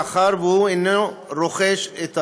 מאחר שהוא אינו רוכש את הערוץ,